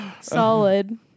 Solid